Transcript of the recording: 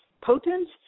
potent